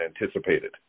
anticipated